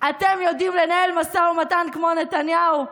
אתם יודעים לנהל משא ומתן כמו נתניהו.